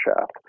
shaft